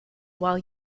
while